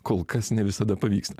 kol kas ne visada pavyksta